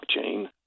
blockchain